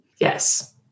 Yes